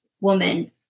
Woman